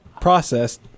processed